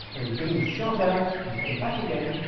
and the beam shot out and came back again.